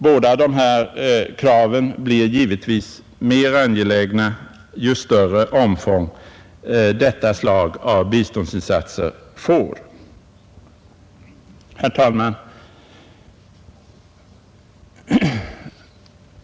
Båda dessa krav blir givetvis mer angelägna ju större omfång detta slag av biståndsinsatser får. Herr talman!